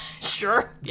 Sure